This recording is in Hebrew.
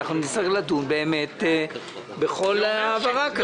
נצטרך לדון בכל העברה כזו.